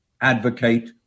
advocate